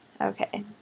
Okay